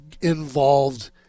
involved